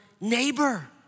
neighbor